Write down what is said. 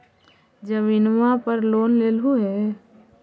जमीनवा पर लोन लेलहु हे?